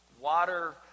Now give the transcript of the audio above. Water